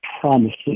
promises